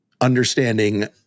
understanding